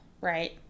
right